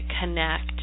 connect